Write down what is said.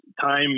time